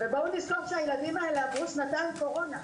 בואו נזכור שהילדים האלה עברו שנתיים קורונה.